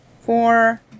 four